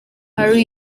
harry